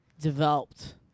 developed